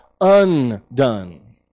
undone